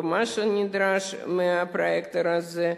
במה שנדרש מהפרויקטור הזה.